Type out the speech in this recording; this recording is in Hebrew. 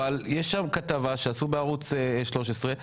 אבל יש שם כתבה שעשו בערוץ 13,